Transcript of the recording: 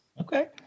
Okay